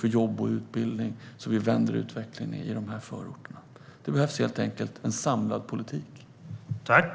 på jobb och utbildning så att vi vänder utvecklingen i dessa förorter. Det behövs helt enkelt en samlad politik.